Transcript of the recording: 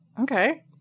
Okay